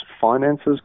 finances